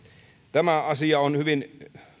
tämä asia on hyvin